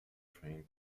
train